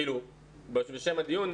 כאילו לשם הדיון,